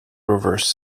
reverse